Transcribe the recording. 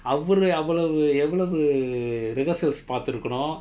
அவர் அவ்வளவு எவ்வளவு:avar avvalavu evvalavu reherasals பார்த்துக்கணும்:paarthukkanum